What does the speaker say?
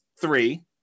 three